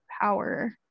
power